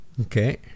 Okay